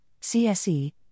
CSE